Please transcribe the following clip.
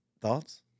Thoughts